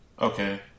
Okay